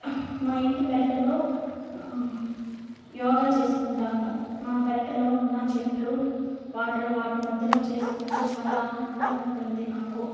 మా ఇంటి పెరటిలో యోగా చేసుకుంటాను మా పెరటిలో ఉన్న చెట్లు వాటి వాటి మధ్యలో చేసుకుంటే చాలా ఆహ్లాదంగా ఉంటుంది నాకు